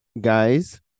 guys